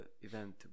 event